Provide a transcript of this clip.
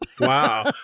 Wow